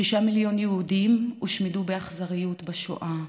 שישה מיליון יהודים הושמדו באכזריות בשואה,